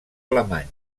alemanys